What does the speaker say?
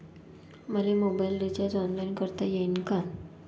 मले mobile recharge online करता येईन का?